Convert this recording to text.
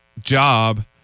job